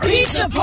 Pizza